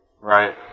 Right